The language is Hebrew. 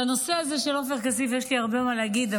על הנושא הזה של עופר כסיף יש לי הרבה מה להגיד,